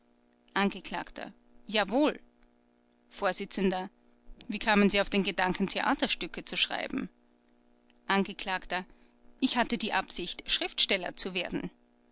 angekl jawohl vors wie kamen sie auf den gedanken theaterstücke zu schreiben angekl ich hatte die absicht schriftsteller zu werden